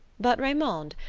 but raymond,